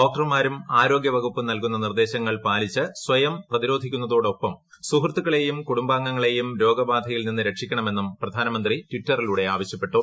ഡോക്ടർമാരും ആരോഗ്യവകുപ്പും നൽകുന്ന നിർദ്ദേശങ്ങൾ പാലിച്ച് സ്വയം പ്രതിരോധിക്കുന്നതോടൊപ്പം സുഹൃത്തുക്കളെയും കുടുംബാംഗങ്ങളെയും രോഗബാധയിൽ രക്ഷിക്കണമെന്നും പ്രധാനമന്ത്രി ട്വിറ്ററിലൂടെ നിന്ന് ആവശ്യപ്പെട്ടു